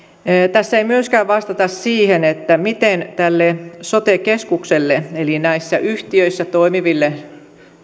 tässä ei myöskään vastata siihen miten tälle sote keskukselle eli käytännössä näissä yhtiöissä toimiville